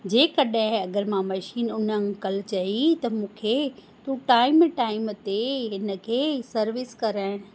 जेकॾहिं अगरि मां मशीन उन अंकल चई त मूंखे तूं टाइम टाइम ते हिन खे सर्विस कराइणु